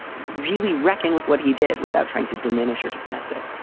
really reckon with what he did without trying to diminish or dismiss it